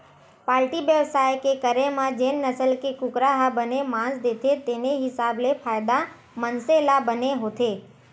poultry बेवसाय के करे म जेन नसल के कुकरा ह बने मांस देथे तेने हिसाब ले फायदा मनसे ल बने होथे